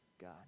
God